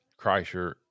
Kreischer